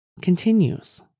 continues